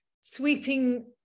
sweeping